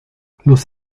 los